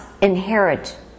inherit